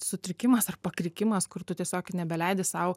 sutrikimas ar pakrikimas kur tu tiesiog nebeleidi sau